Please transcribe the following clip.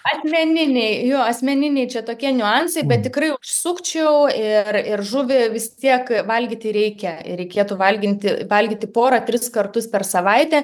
asmeniniai jo asmeniniai čia tokie niuansai bet tikrai užsukčiau ir ir žuvį vis tiek valgyti reikia reikėtų valginti valgyti porą tris kartus per savaitę